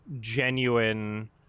genuine